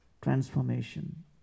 transformation